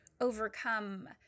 overcome